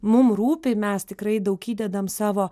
mum rūpi mes tikrai daug įdedam savo